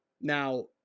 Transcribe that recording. Now